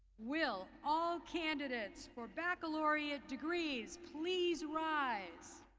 will all candidates for baccalaureate degrees please rise?